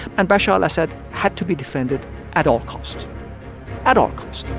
and bashar assad had to be defended at all cost at all cost